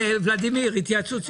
ולדימיר, התייעצות סיעתית.